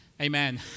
Amen